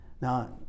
Now